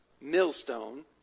Millstone